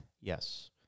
Yes